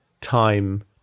time